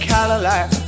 Cadillac